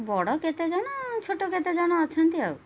ବଡ଼ କେତେ ଜଣ ଛୋଟ କେତେ ଜଣ ଅଛନ୍ତି ଆଉ